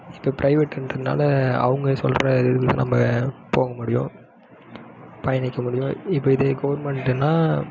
இப்போ பிரைவேட்டுன்றனால் அவங்க சொல்கிற ரூலுக்கு நம்ம போக முடியும் பயணிக்க முடியும் இப்போ இதே கவுர்மெண்ட்டுன்னால்